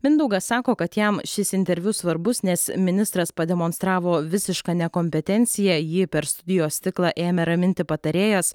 mindaugas sako kad jam šis interviu svarbus nes ministras pademonstravo visišką nekompetenciją jį per studijos stiklą ėmė raminti patarėjas